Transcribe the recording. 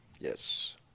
Yes